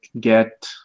get